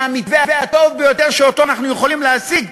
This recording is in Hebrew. זה המתווה הטוב ביותר שאנחנו יכולים להשיג,